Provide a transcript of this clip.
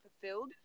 fulfilled